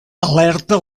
alerta